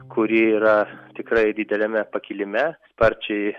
kuri yra tikrai dideliame pakilime sparčiai